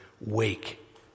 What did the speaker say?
wake